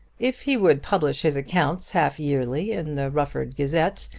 if he would publish his accounts half-yearly in the rufford gazette,